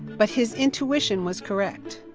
but his intuition was correct.